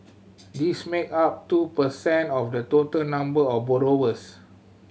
this make up two per cent of the total number of borrowers